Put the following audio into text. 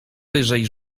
wyżej